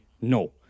No